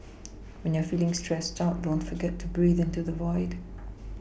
when you are feeling stressed out don't forget to breathe into the void